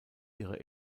ihre